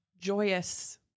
joyous